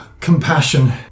Compassion